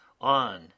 on